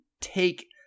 take